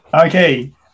Okay